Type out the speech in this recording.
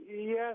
yes